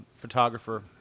photographer